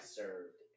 served